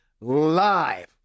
live